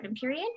period